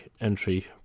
entry